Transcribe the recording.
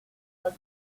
was